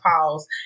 pause